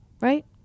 right